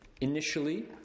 initially